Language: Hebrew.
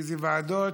אילו ועדות?